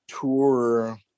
tour